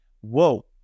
whoa